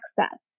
access